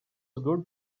good